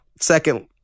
second